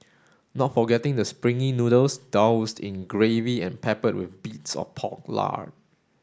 not forgetting the springy noodles doused in gravy and peppered with bits of pork lard